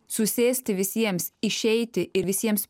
susėsti visiems išeiti ir visiems